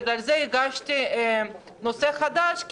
ובגלל זה הגשתי נושא חדש.